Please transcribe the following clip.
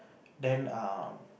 then err